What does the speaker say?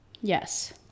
yes